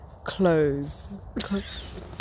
clothes